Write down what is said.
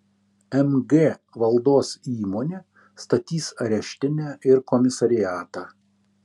mg valdos įmonė statys areštinę ir komisariatą